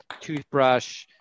toothbrush